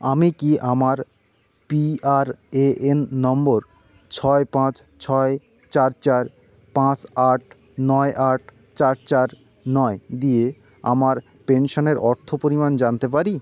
আমি কি আমার P R A N number ছয় পাঁচ ছয় চার চার পাঁচ আট নয় আট চার চার নয় দিয়ে আমার পেনশানের অর্থ পরিমাণ জানতে পারি